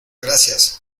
gracias